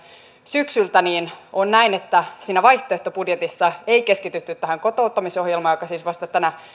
syksyltä niin on näin että siinä vaihtoehtobudjetissa ei keskitytty tähän kotouttamisohjelmaan joka siis vasta tänä